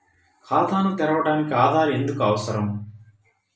ఖాతాను తెరవడానికి ఆధార్ ఎందుకు అవసరం?